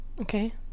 Okay